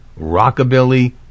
rockabilly